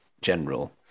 general